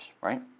right